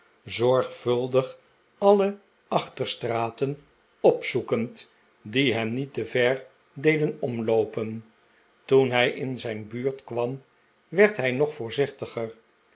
zorgvuldig alle achterstraten opzoekend die hem niet te ver deden omloopen toen hij in zijn buurt kwam werd hij nog voorzichtiger